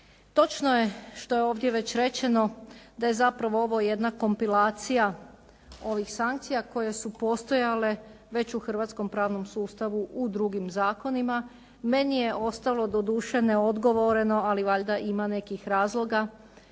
Točno je što je ovdje već rečeno da je zapravo ovo jedna kompilacija ovih sankcija koje su postojale već u hrvatskom pravnom sustavu u drugim zakonima. Meni je ostalo doduše neodgovoreno ali valjda ima nekih razloga